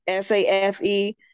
safe